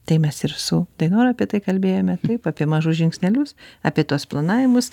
tai mes ir su dainora apie tai kalbėjome taip apie mažus žingsnelius apie tuos planavimus